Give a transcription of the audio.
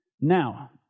Now